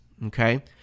Okay